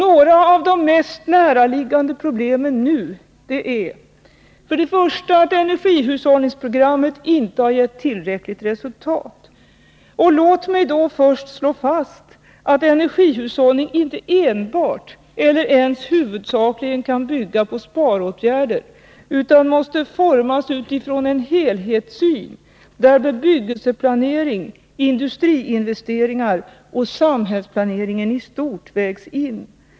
Några av de mest näraliggande problemen är: Energihushållningsprogrammet har inte gett tillräckligt resultat. Låt mig då först slå fast att energihushållning inte enbart eller ens huvudsakligen kan bygga på sparåtgärder utan måste formas utifrån en helhetssyn där bebyggelseplanering, industriinvesteringar och samhällsplaneringen i stort vägs in.